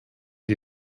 die